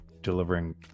delivering